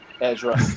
Ezra